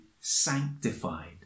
sanctified